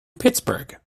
pittsburgh